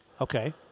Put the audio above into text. Okay